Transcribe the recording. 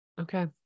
Okay